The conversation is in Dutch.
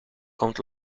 komt